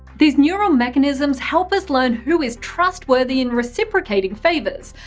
these neural mechanisms help us learn who is trustworthy in reciprocating favours,